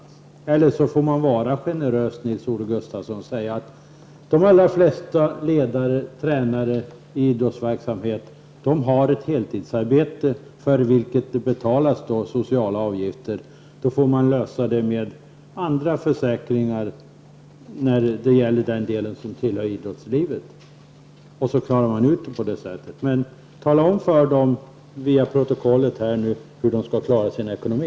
Eller också får man vara generös, Nils-Olof Gustafsson, och säga att de flesta ledare och tränare inom idrottsverksamhet har ett heltidsarbete för vilket det betalas sociala avgifter. Försäkringsskyddet för den del som rör det idrottsliga livet får då lösas med hjälp av andra försäkringar. Men tala nu om för föreningarna via protokollet hur de skall klara sin ekonomi!